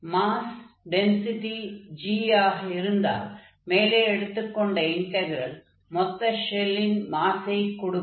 mass density g ஆக இருந்தால் மேலே எடுத்துக் கொண்ட இன்டக்ரெல் மொத்த ஷெல்லின் மாஸைக் கொடுக்கும்